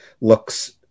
looks